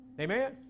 Amen